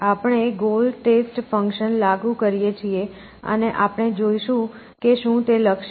આપણે goal test function લાગુ કરીએ છીએ અને આપણે જોઈશું કે શું તે લક્ષ્ય છે